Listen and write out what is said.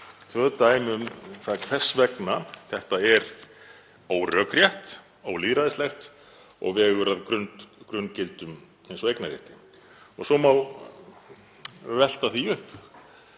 tvö dæmi um það hvers vegna þetta er órökrétt, ólýðræðislegt og vegur að grunngildum eins og eignarrétti. Svo má velta því upp